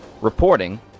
Reporting